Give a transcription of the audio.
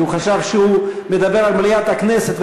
כי הוא חשב שהוא מדבר על מליאת הכנסת,